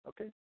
okay